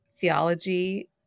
theology